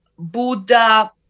buddha